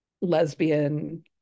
lesbian